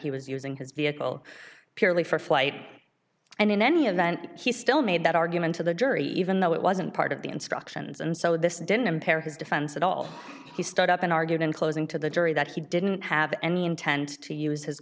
he was using his vehicle purely for flight and in any event he still made that argument to the jury even though it wasn't part of the instructions and so this didn't impair his defense at all he stood up and argued in closing to the jury that he didn't have any intent to use his